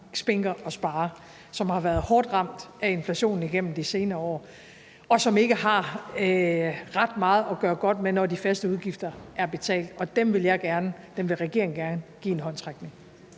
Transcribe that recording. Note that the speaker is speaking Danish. spinker og sparer, som har været hårdt ramt af inflationen igennem de senere år, og som ikke har ret meget at gøre godt med, når de faste udgifter er betalt, og dem vil regeringen gerne give en håndsrækning.